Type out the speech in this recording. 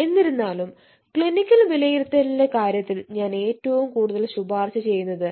എന്നിരുന്നാലും ക്ലിനിക്കൽ വിലയിരുത്തലിന്റെ കാര്യത്തിൽ ഞാൻ ഏറ്റവും കൂടുതൽ ശുപാർശ ചെയ്യുന്നത്